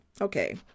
Okay